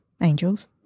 Angels